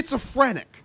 schizophrenic